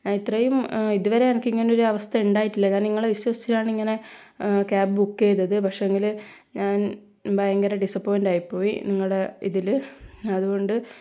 ഇത്രയും ഇതുവരെ എനിക്ക് ഇങ്ങനെ ഒരു അവസ്ഥ ഉണ്ടായിട്ടില്ല ഞാൻ നിങ്ങളെ വിശ്വസിച്ചാണ് ഇങ്ങനെ ക്യാബ് ബുക്ക് ചെയ്തത് പക്ഷേങ്കിൽ ഞാൻ ഭയങ്കര ഡിസ്സപ്പോയിൻ്റ് ആയിപ്പോയി നിങ്ങളുടെ ഇതിൽ അതുകൊണ്ട്